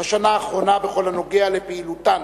בשנה האחרונה בכל הנוגע לפעילותן